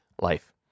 life